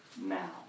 now